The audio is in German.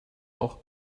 auch